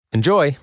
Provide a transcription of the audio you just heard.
Enjoy